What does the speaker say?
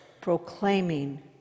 proclaiming